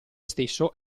stesso